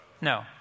No